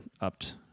upped